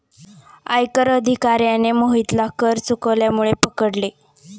आयकर अधिकाऱ्याने मोहितला कर चुकवल्यामुळे पकडले